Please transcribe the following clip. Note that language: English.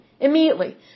Immediately